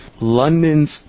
London's